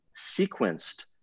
sequenced